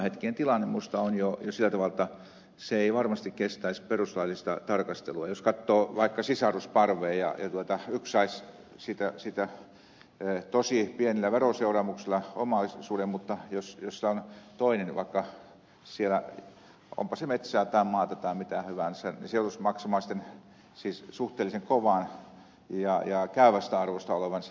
tämänhetkinen tilanne on minusta jo sillä tavalla jotta se ei varmasti kestäisi perustuslaillista tarkastelua jos katsoo vaikka sisarusparvea ja yksi saisi siitä tosi pienellä veroseuraamuksella omaisuuden mutta jos siellä on toinen onpa se perittävä metsää taikka maata tai mitä hyvänsä hän joutuisi maksamaan suhteellisen kovan ja käyvästä arvosta olevan perintöveron